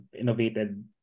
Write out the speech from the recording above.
innovated